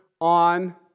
on